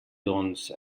doncs